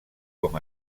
com